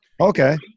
Okay